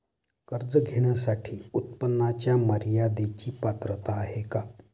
कर्ज घेण्यासाठी उत्पन्नाच्या मर्यदेची पात्रता आहे का?